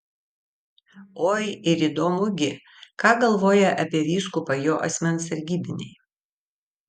oi ir įdomu gi ką galvoja apie vyskupą jo asmens sargybiniai